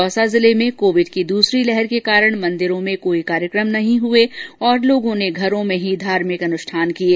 दौसा जिले में कोविड की दूसरी लहर के कारण मंदिरों में कोई कार्यक्रम नहीं हये और लोगों ने घर में ही धार्मिक अनुष्ठान किये